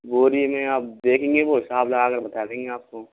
बोरी में अब देखेंगे वो हिसाब लगा के बता देंगे आपको